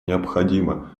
необходима